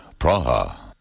Praha